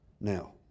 Now